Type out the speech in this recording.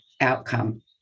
outcome